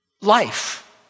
life